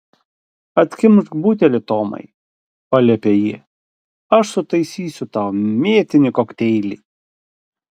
atkimšk butelį tomai paliepė ji aš sutaisysiu tau mėtinį kokteilį